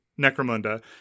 Necromunda